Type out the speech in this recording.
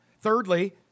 Thirdly